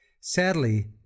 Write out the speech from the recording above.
Sadly